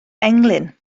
englyn